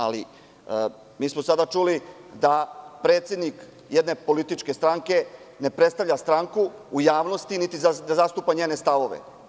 Ali, mi smo sada čuli da predsednik jedne političke stranke ne predstavlja stranku u javnosti niti da zastupa njene stavove.